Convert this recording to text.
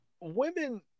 Women